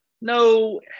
No